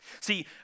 See